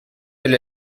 elle